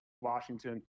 Washington